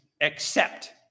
accept